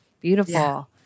Beautiful